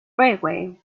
railway